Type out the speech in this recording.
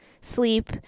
sleep